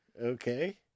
Okay